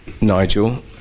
Nigel